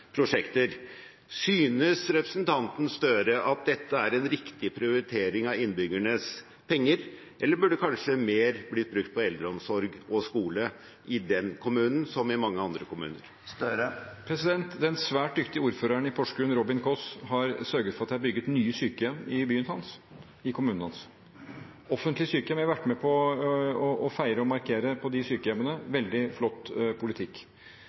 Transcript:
Synes representanten Gahr Støre at dette er en riktig prioritering av innbyggernes penger, eller burde kanskje mer blitt brukt på eldreomsorg og skole i den kommunen, som i mange andre kommuner? Den svært dyktige ordføreren i Porsgrunn, Robin Martin Kåss, har sørget for at det er bygget nye sykehjem i kommunen hans – offentlige sykehjem. Jeg har vært med på å feire og markere de sykehjemmene – veldig flott politikk!